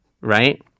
right